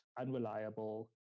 unreliable